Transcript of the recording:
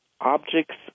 objects